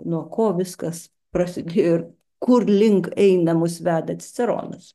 nuo ko viskas prasidėjo ir kurlink eina mus veda ciceronas